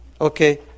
Okay